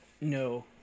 No